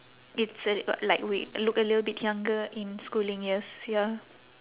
it's a like way look a little bit younger in schooling years ya